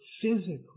physically